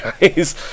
guys